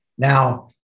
Now